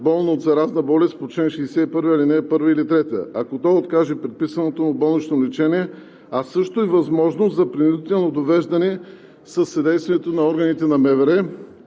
болно от заразна болест по чл. 61, ал. 1 или ал. 3, ако той откаже предписаното му болнично лечение, а също и възможност за принудително довеждане със съдействието на органите на МВР